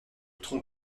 tronc